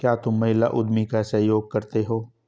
क्या तुम महिला उद्यमी का सहयोग करते हो?